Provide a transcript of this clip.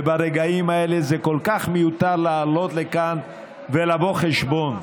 וברגעים האלה זה כל כך מיותר לעלות לכאן ולבוא חשבון.